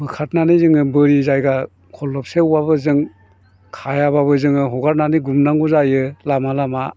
बोखारनानै जोङो बोरि जायगा खरलबसेआवबाबो जोङो खायाबाबो जों हगारनानै गुमनांगौ जायो लामा लामा